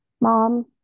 mom